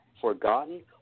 forgotten